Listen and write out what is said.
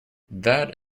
that